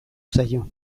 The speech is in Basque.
zaio